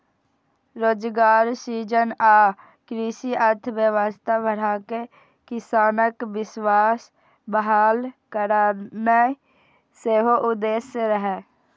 रोजगार सृजन आ कृषि अर्थव्यवस्था बढ़ाके किसानक विश्वास बहाल करनाय सेहो उद्देश्य रहै